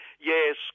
Yes